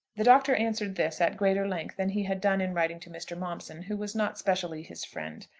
the doctor answered this at greater length than he had done in writing to mr. momson, who was not specially his friend.